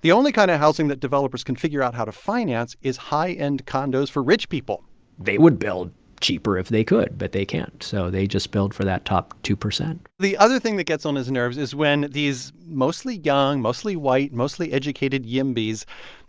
the only kind of housing that developers can figure out how to finance is high-end condos for rich people they would build cheaper if they could, but they can't, so they just build for that top two percent the other thing that gets on his nerves is when these mostly young, mostly white, mostly educated yimbys